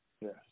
yes